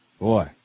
Boy